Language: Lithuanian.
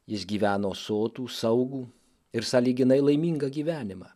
jis gyveno sotų saugų ir sąlyginai laimingą gyvenimą